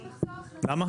למה?